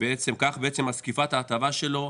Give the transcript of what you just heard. וכך בעצם זקיפת ההטבה שלו,